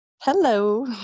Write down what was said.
hello